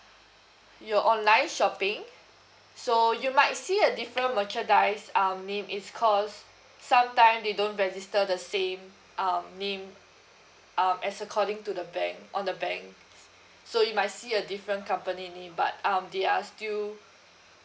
your online shopping so you might see a different merchandise um name it's cause sometime they don't register the same um name um as according to the bank on the bank so you might see a different company name but um they are still